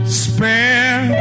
spare